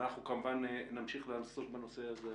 אנחנו כמובן נמשיך לעסוק בנושא הזה.